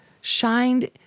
shined